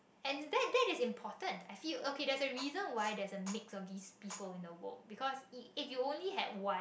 and that that is important I feel okay that's the reason why there's a mix of these people in the world because if if you only had one